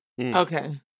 okay